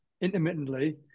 intermittently